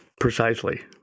Precisely